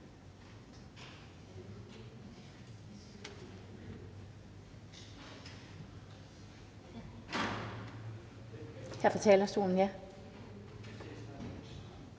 siger fra talerstolen nu,